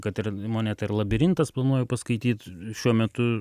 kad ir monetą ir labirintas planuoju paskaityt šiuo metu